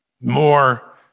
More